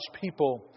people